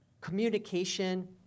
communication